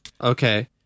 Okay